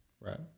Right